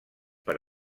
per